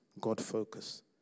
God-focus